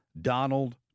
Donald